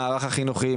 המערך החינוכי,